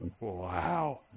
Wow